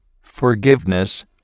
forgiveness